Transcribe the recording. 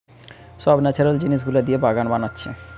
সব ন্যাচারাল জিনিস গুলা দিয়ে যে বাগান বানাচ্ছে